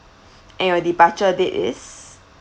and your departure date is